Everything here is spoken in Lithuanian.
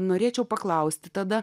norėčiau paklausti tada